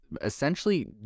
essentially